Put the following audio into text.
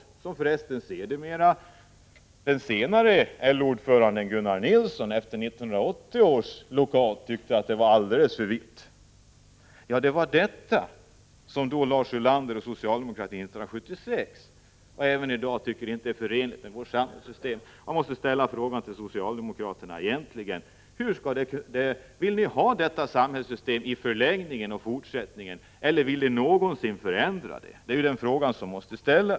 Efter 1980 års lockout tyckte för resten dåvarande LO-ordföranden Gunnar Nilsson att det hela var för vittgående. Det är alltså detta som enligt Lars Ulander och socialdemokratin 1976 och även i dag inte är förenligt med vårt samhällssystem. Jag måste fråga socialdemokraterna: Hur vill ni egentligen ha samhällssystemet i förlängningen? Vill ni någonsin förändra samhällssystemet? Detta är den fråga som måste ställas.